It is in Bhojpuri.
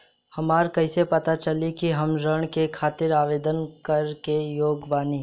हमरा कइसे पता चली कि हम ऋण के खातिर आवेदन करे के योग्य बानी?